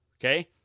Okay